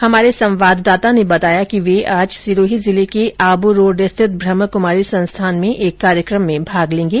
हमारे संवाददाता ने बताया कि वे आज सिरोही जिले के आबूरोड स्थित ब्रहमाकमारी संस्थान में एक कार्यक्रम में भाग लेंगे